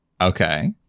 Okay